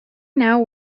now